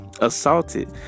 Assaulted